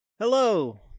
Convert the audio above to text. Hello